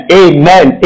amen